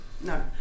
no